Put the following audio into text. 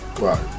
Right